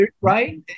Right